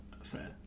affair